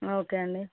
okay అండి